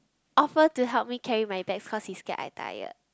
offer to help me carry my bags cause he scared I tired